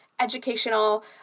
educational